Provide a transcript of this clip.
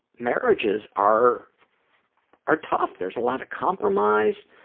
marriages are are tough, there's a lot of compromise,